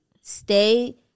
stay